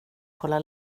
kolla